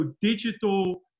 digital